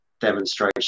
demonstration